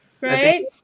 right